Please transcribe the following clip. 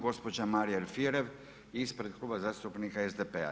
Gospođa Marija Alfirev ispred Kluba zastupnika SDP-a.